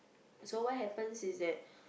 so what happens is that